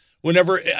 whenever—